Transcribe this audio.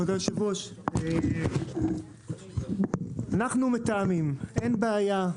כבוד יושב הראש, אנחנו מתאמים, אין בעיה.